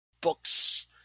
books